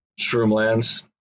Shroomlands